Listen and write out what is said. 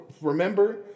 remember